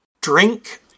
drink